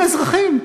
הם אזרחים,